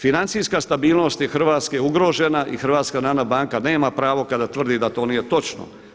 Financijska stabilnost Hrvatske je ugrožena i HNB nema pravo kada tvrdi da to nije točno.